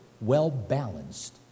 well-balanced